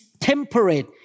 temperate